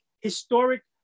historic